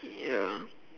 ya